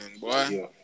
boy